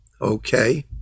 Okay